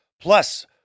Plus